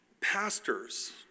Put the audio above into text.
pastors